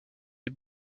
des